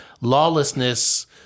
Lawlessness